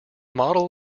model